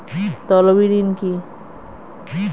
তলবি ঋণ কি?